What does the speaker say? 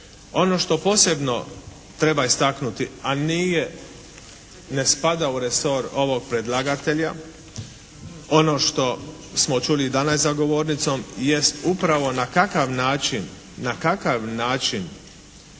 Ono što posebno treba istaknuti, a nije, ne spada u resor ovog predlagatelja, ono što smo čuli i danas za govornicom jest upravo na kakav način,